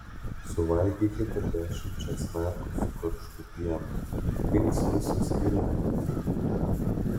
suvalgykite dešimt česnakų su karštu pienu dings visos kirmėlės